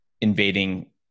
invading